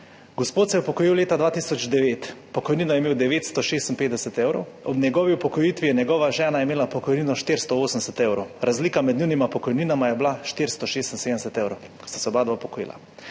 Gospod se je upokojil leta 2009. Pokojnino je imel 956 evrov, ob njegovi upokojitvi je imela njegova žena pokojnino 480 evrov. Razlika med njunima pokojninama je bila 476 evrov, ko sta se oba upokojila.